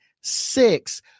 six